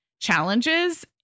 challenges